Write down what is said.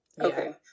okay